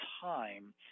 time